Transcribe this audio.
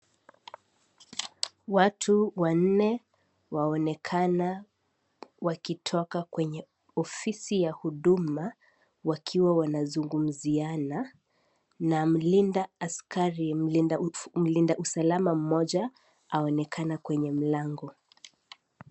Watu wanne waonekana wakitoka kwenye ofisi ya huduma wakiwa wanazungumziana, na mlinda askari mlinda usalama mmoja aonekana kwenye mlango.